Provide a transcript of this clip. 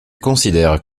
considère